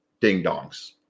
ding-dongs